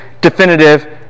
definitive